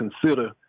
consider